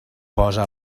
posa